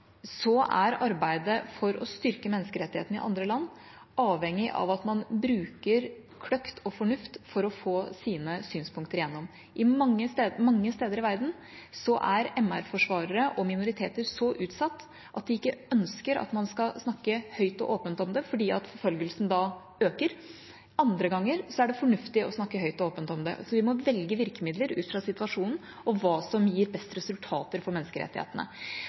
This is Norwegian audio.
så utsatt at de ikke ønsker at man skal snakke høyt og åpent om det, fordi forfølgelsen da øker. Andre ganger er det fornuftig å snakke høyt og åpent om det. Vi må velge virkemidler ut fra situasjonen og hva som gir best resultater for menneskerettighetene.